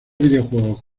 videojuegos